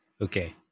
Okay